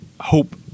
hope